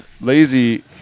lazy